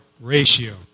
ratio